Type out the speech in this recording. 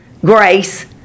grace